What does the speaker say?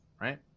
right